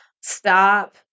stop